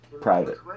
Private